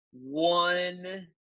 one